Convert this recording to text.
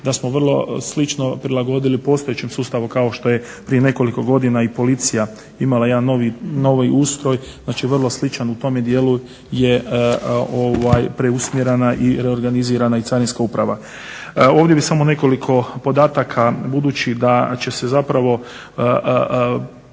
da smo vrlo slično prilagodili postojećem sustavu kao što je i prije nekoliko godina i policija imala jedan novi ustroj, znači vrlo sličan u tome dijelu je preusmjerena i reorganizirana i carinska uprava. Ovdje bih samo nekoliko podataka budući da ne kažem